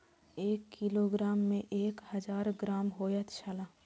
एक किलोग्राम में एक हजार ग्राम होयत छला